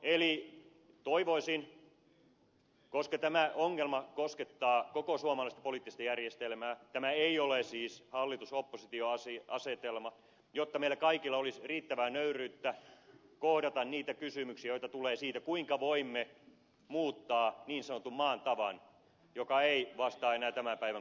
eli toivoisin koska tämä ongelma koskettaa koko suomalaista poliittista järjestelmää tämä ei ole siis hallitusoppositio asetelma että meillä kaikilla olisi riittävää nöyryyttä kohdata niitä kysymyksiä joita tulee siitä kuinka voimme muuttaa niin sanotun maan tavan joka ei vastaa enää tämän päivän kulttuuria